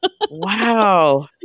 wow